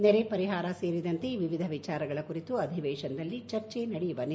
ನೆರೆ ಪರಿಹಾರ ಸೇರಿದಂತೆ ವಿವಿಧ ವಿಚಾರಗಳ ಕುರಿತು ಅಧಿವೇಶನದಲ್ಲಿ ಚರ್ಚೆ ನಡೆಯುವ ನಿರೀಕ್ಷೆಯಿದೆ